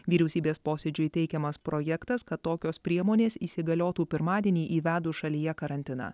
vyriausybės posėdžiui teikiamas projektas kad tokios priemonės įsigaliotų pirmadienį įvedus šalyje karantiną